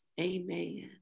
Amen